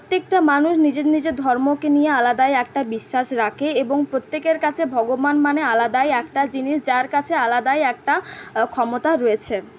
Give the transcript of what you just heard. প্রত্যেকটা মানুষ নিজের নিজের ধর্মকে নিয়ে আলাদাই একটা বিশ্বাস রাখে এবং প্রত্যেকের কাছে ভগবান মানে আলাদাই একটা জিনিস যার কাছে আলাদাই একটা ক্ষমতা রয়েছে